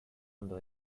ondo